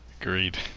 Agreed